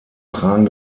tragen